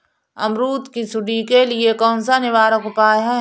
अमरूद की सुंडी के लिए कौन सा निवारक उपाय है?